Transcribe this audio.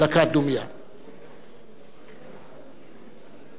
(חברי הכנסת מכבדים בקימה את זכרו של